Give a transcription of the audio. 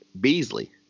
Beasley